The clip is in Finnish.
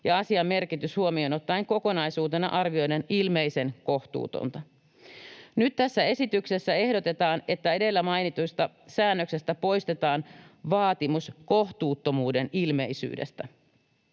ja asian merkitys huomioon ottaen kokonaisuutena arvioiden ilmeisen kohtuutonta. Nyt tässä esityksessä ehdotetaan, että edellä mainitusta säännöksestä poistetaan vaatimus kohtuuttomuuden ilmeisyydestä.